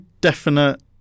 definite